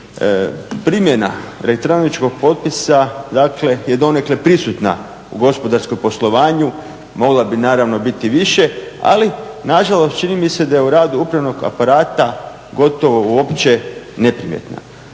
Primjena elektroničkog potpisa dakle je donekle prisutna u gospodarskom poslovanju. Mogla bi naravno biti više, ali na žalost čini mi se da je u radu upravnog aparata gotovo uopće neprimjetna.